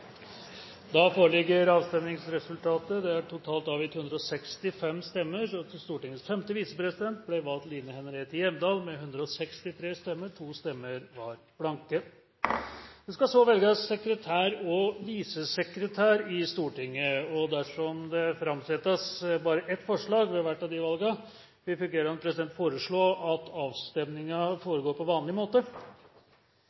Det ble avgitt totalt 165 stemmer. Til Stortingets femte visepresident ble valgt Line Henriette Hjemdal med 163 stemmer. 2 stemmer var blanke. Det skal så velges sekretær og visesekretær i Stortinget. Dersom det framsettes bare ett forslag ved hvert av disse valgene, vil presidenten foreslå at